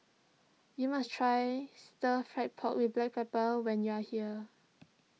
you must try Stir Fried Pork with Black Pepper when you are here